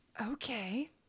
okay